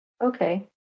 Okay